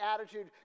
attitude